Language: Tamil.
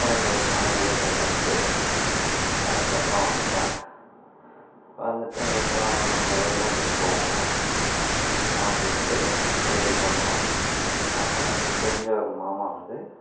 ஒரு ரெண்டு வருஷம் அங்கேயே வேலை பார்த்துட்டு அதுக்கப்புறம் வந்துட்டேன் வந்துட்டு அதுக்கப்புறம் நம்ப வெளிநாட்டுக்கு போவோம் அப்படின்ட்டு ரெடி பண்ணிணோம் அப்பறம் எங்களுக்கு தெரிஞ்ச ஒரு மாமா வந்து